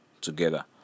together